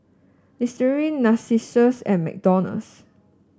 Listerine Narcissus and McDonald's